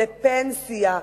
לפנסיה,